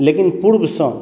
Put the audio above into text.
लेकिन पूर्वसँ